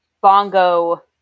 bongo